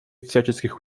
всяческих